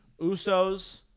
Usos